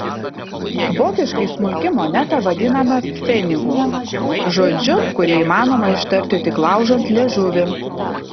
vokiškai smulki moneta vadinama pfenigu žodžiu kurį įmanoma ištarti tik laužant liežuvį